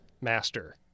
master